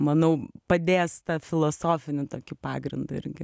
manau padės tą filosofinį tokį pagrindą irgi